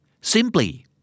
Simply